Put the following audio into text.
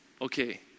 Okay